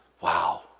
Wow